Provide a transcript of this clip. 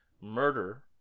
murder